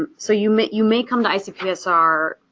so you may you may come to icpsr,